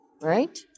right